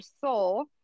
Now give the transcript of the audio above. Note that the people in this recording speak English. soul